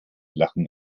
lachen